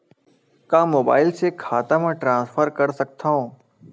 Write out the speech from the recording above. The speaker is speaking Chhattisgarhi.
का मोबाइल से खाता म ट्रान्सफर कर सकथव?